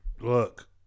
Look